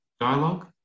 dialogue